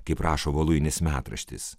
kaip rašo voluinės metraštis